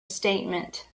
statement